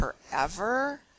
forever